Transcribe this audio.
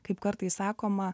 kaip kartais sakoma